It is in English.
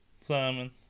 Simon